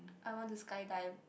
I want to skydive